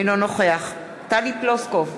אינו נוכח טלי פלוסקוב,